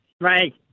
Right